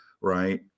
right